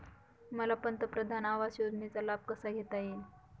मला पंतप्रधान आवास योजनेचा लाभ कसा घेता येईल?